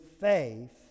faith